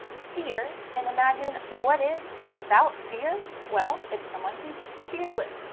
fear and imagine what is without fear? well, it's someone who's fearless.